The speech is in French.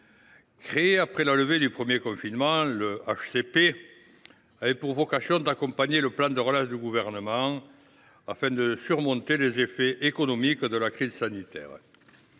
Créé après la levée du premier confinement, le HCP avait pour vocation d’accompagner le plan de relance du Gouvernement afin de surmonter les effets économiques de la crise sanitaire.